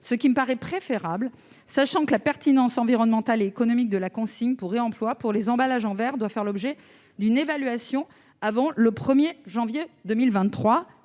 ce qui me paraît préférable. Au demeurant, la pertinence environnementale et économique de la consigne pour réemploi des emballages en verre doit faire l'objet d'une évaluation avant le 1 janvier 2023-